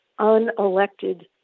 unelected